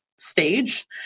stage